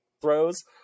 throws